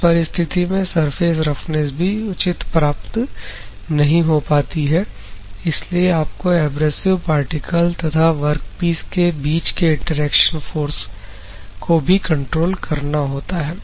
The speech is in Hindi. उस परिस्थिति में सर्फेस रफनेस भी उचित प्राप्त नहीं हो पाती है इसलिए आपको एब्रेसिव पार्टिकल तथा वर्कपीस के बीच के इंटरेक्शन फोर्स को भी कंट्रोल करना होता है